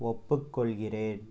ஒப்புக் கொள்கிறேன்